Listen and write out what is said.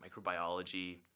microbiology